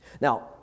Now